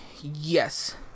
yes